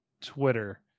Twitter